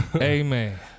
Amen